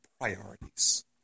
priorities